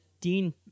Dean